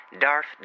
Darth